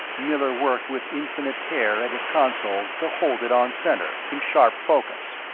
miller worked with infinite care at his console to hold it on center, in sharp focus.